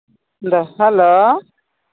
hello